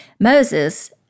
Moses